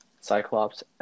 Cyclops